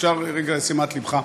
אפשר רגע את שימת לבך?